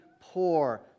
poor